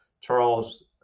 Charles